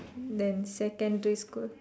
than secondary school